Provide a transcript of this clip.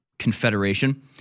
confederation